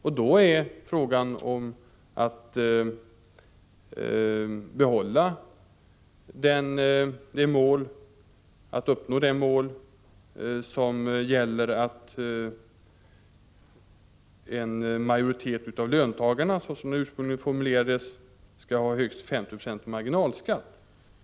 Då är det fråga om att uppnå målet att en majoritet av löntagarna, som det ursprungligen formulerades, skall ha högst 50 26 marginalskatt.